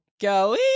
Go